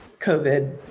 covid